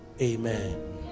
Amen